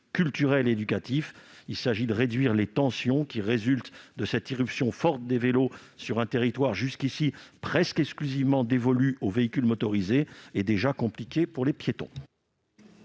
culturel et éducatif. Il s'agit de réduire les tensions qui résultent de l'irruption forte des vélos sur un territoire jusqu'ici presque exclusivement dévolu aux véhicules motorisés et déjà compliqué pour les piétons.